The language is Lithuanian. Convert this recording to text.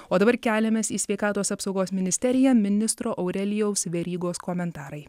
o dabar keliamės į sveikatos apsaugos ministeriją ministro aurelijaus verygos komentarai